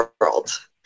world